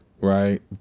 right